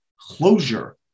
closure